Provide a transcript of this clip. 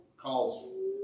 calls